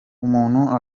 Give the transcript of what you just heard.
umuntu